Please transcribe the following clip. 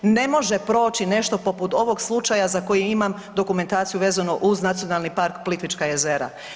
Ne može proći nešto poput ovog slučaja za koji imam dokumentaciju vezano u Nacionalni park Plitvička jezera.